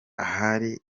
ahari